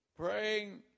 Praying